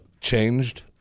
changed